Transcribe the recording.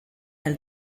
del